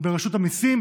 ברשות המיסים,